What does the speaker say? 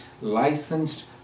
Licensed